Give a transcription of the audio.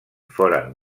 foren